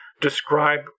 describe